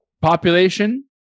Population